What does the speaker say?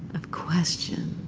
of question,